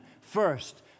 First